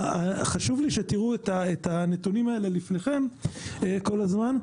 חשוב לי שתראו את הנתונים האלה לפניכם כל הזמן,